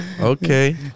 Okay